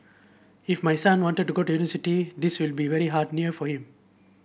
if my son wanted to go university this will be very hard near for him